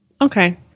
okay